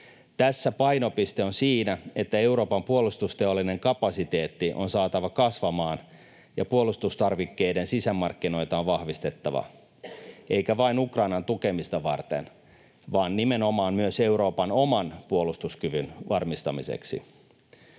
Tässä painopiste on siinä, että Euroopan puolustusteollinen kapasiteetti on saatava kasvamaan ja puolustustarvikkeiden sisämarkkinoita on vahvistettava, eikä vain Ukrainan tukemista varten vaan nimenomaan myös Euroopan oman puolustuskyvyn varmistamiseksi.